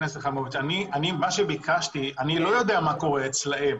מה קורה אצלם,